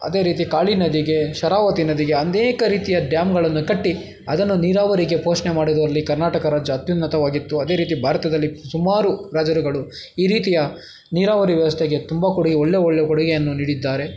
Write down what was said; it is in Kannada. ಅದೇ ರೀತಿ ಕಾಳಿ ನದಿಗೆ ಶರಾವತಿ ನದಿಗೆ ಅನೇಕ ರೀತಿಯ ಡ್ಯಾಮ್ಗಳನ್ನು ಕಟ್ಟಿ ಅದನ್ನು ನೀರಾವರಿಗೆ ಪೋಷಣೆ ಮಾಡುವಲ್ಲಿ ಕರ್ನಾಟಕ ರಾಜ್ಯ ಅತ್ಯುನ್ನತವಾಗಿತ್ತು ಅದೇ ರೀತಿ ಭಾರತದಲ್ಲಿ ಸುಮಾರು ರಾಜರುಗಳು ಈ ರೀತಿಯ ನೀರಾವರಿ ವ್ಯವಸ್ಥೆಗೆ ತುಂಬ ಕೊಡುಗೆ ಒಳ್ಳೆ ಒಳ್ಳೆ ಕೊಡುಗೆಯನ್ನು ನೀಡಿದ್ದಾರೆ